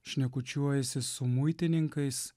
šnekučiuojasi su muitininkais